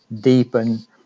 deepen